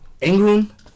ingram